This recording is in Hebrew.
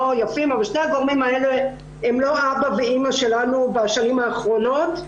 יפים הם לא אבא ואימא שלנו בשנים האחרונות.